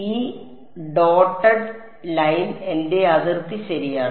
ഈ dotted line എന്റെ അതിർത്തി ശരിയാണ്